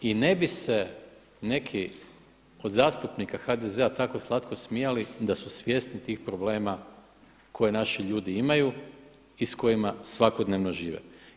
I ne bi se neki od zastupnika HDZ-a tako slatko smijali da su svjesni tih problema koje naši ljudi imaju i s kojima svakodnevno žive.